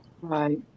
right